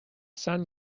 sun